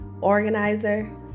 organizer